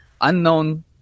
unknown